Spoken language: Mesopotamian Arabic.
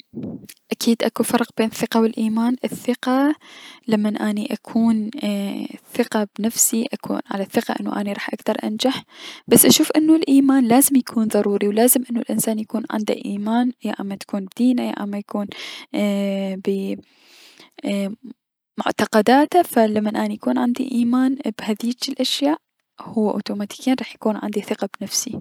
اكيد اكو فرق بين الثقة و الأيمان، الثقة لمن اني اكون على ثقة بنفسي و اكون على ثقة انو اني راح اكدر انجح ، بس اشوف انو الأيمان لازم انو يكون ضروري و لازم انو الشخص يكون عنده ايمان يا اما تكون بدينه يا اما تكون ب ايي- معتقداته فلمن اني يكون عندي ايمان بذيج الأشياء هو اوتوماتيكيا حيكون عندي ثقة بنفسي.